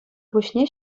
пуҫне